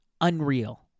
Unreal